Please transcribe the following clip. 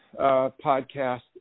podcast